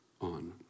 on